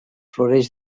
floreix